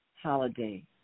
holiday